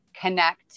connect